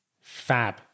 Fab